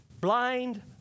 blind